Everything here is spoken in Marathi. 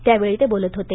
त्यावेळी ते बोलत होते